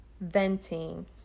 venting